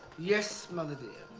yes mother dear.